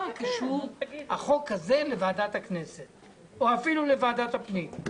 מה זה קשור החוק הזה לוועדת הכנסת או אפילו לוועדת הפנים.